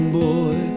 boy